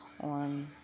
on